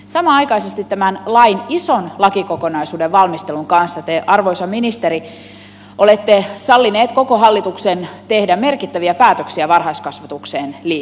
samanaikaisesti tämän ison lakikokonaisuuden valmistelun kanssa te arvoisa ministeri olette sallinut koko hallituksen tehdä merkittäviä päätöksiä varhaiskasvatukseen liittyen